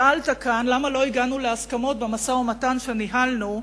שאלת כאן למה לא הגענו להסכמות במשא-ומתן שניהלנו.